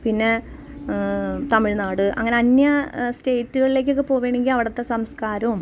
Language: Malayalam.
പിന്നെ തമിഴ്നാട് അങ്ങനെ അന്യ സ്റ്റേറ്റ്കളിലേക്ക് ഒക്കെ പോവണമെങ്കിൽ അവിടുത്തെ സംസ്കാരവും